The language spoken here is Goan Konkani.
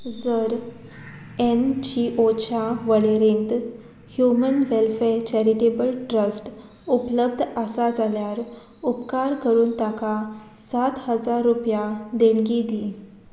जर एनजीओच्या वळेरेंत ह्युमन वेलफेर चॅरिटेबल ट्रस्ट उपलब्ध आसा जाल्यार उपकार करून ताका सात हजार रुपया देणगी दी